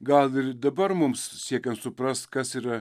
gal ir dabar mums siekiant suprast kas yra